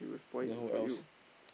then who else